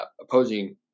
opposing